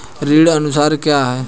ऋण अनुमान क्या है?